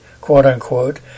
quote-unquote